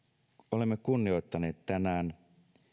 olemme kunnioittaneet tänään